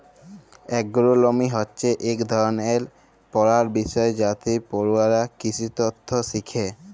এগ্রোলমি হছে ইক ধরলের পড়ার বিষয় যাতে পড়ুয়ারা কিসিতত্ত শিখে